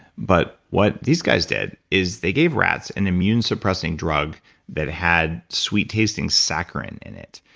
but what these guys did is they gave rats an immune suppressing drug that had sweet tasting saccharine in it.